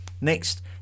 Next